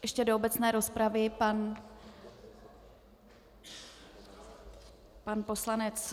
Ještě do obecné rozpravy pan poslanec...